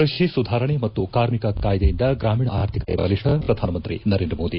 ಕ್ಷಷಿ ಸುಧಾರಣೆ ಮತ್ತು ಕಾರ್ಮಿಕ ಕಾಯ್ದೆಯಿಂದ ಗ್ರಾಮೀಣ ಆರ್ಥಿಕತೆ ಬಲಿಷ್ಟ ಪ್ರಧಾನಮಂತ್ರಿ ನರೇಂದ್ರ ಮೋದಿ